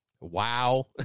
Wow